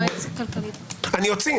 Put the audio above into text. אני אוציא.